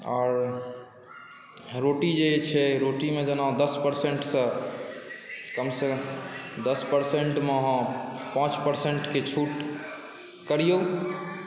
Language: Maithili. आओर रोटी जे छै रोटीमे जेना दस परसेन्टसँ कमसँ कम दस परसेन्टमे अहाँ पाँच परसेन्टके छूट करियौ